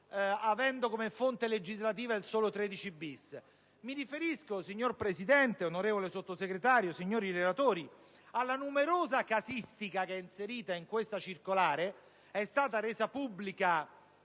avendo come fonte legislativa il solo articolo 13-*bis* in oggetto. Mi riferisco, signora Presidente, onorevole Sottosegretario, signori relatori, alla numerosa casistica inserita in questa circolare, resa pubblica